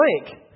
blank